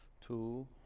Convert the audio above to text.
two